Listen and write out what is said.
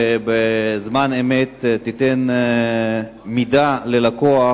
ובזמן אמת תיתן מידע ללקוח